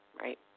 right